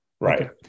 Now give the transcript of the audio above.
Right